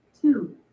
Two